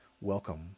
welcome